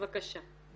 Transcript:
בבקשה.